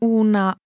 una